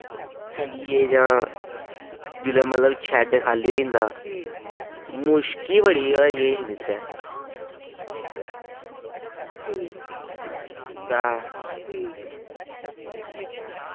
चलिये जां जेल्लै मतलब शेड खा'ल्ली होई जंदा मुश्क ई बड़ी होई दी होंदी उत्थें ते